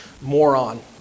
moron